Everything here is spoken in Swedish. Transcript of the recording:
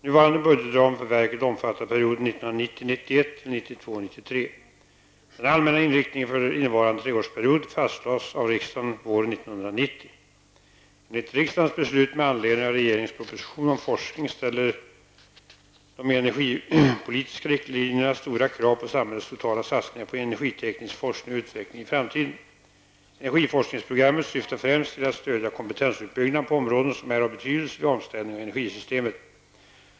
Nuvarande budgetram för verket omfattar perioden 1990 90:90, NU40, rskr.337) ställer de energipolitiska riktlinjerna stora krav på samhällets totala satsningar på energiteknisk forskning och utveckling i framtiden. Energiforskningsprogrammet syftar främst till att stödja kompetensuppbyggnad på områden som är av betydelse vid omställningen av energisystemet.